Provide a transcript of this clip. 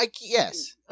yes